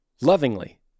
lovingly